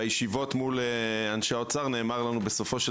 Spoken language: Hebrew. בישיבות מול אנשי האוצר נאמר לנו בסופו של